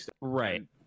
Right